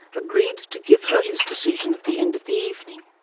agreed to give her his decision at the end of the evening.